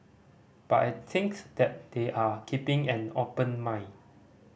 but I think that they are keeping an open mind